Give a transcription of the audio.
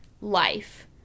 life